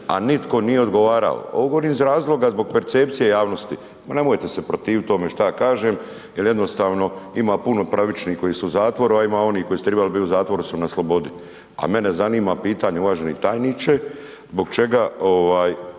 a nitko nije odgovarao. Ovo govorim iz razloga zbog percepcije javnosti, ma nemojte se protivit tome šta ja kažem jer jednostavno ima puno pravičnih koji su u zatvoru a ima onih koji su trebali biti u zatvoru su na slobodi. A mene zanima pitanje uvaženi tajniče, zbog čega